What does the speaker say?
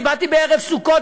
אני באתי בערב סוכות,